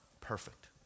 perfect